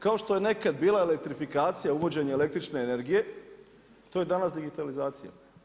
Kao što je nekad bila elektrifikacija, uvođenje električne energije, to je danas digitalizacija.